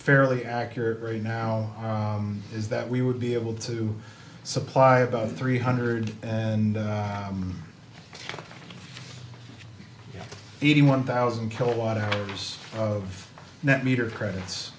fairly accurate right now is that we would be able to supply about three hundred and eighty one thousand kilowatt hours of net meter credits